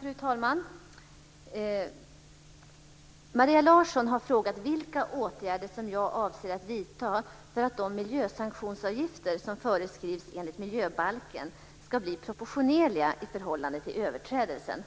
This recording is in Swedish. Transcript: Fru talman! Maria Larsson har frågat vilka åtgärder som jag avser att vidta för att de miljösanktionsavgifter som föreskrivs enligt miljöbalken ska bli proportionerliga i förhållande till överträdelsen.